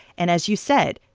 and as you said,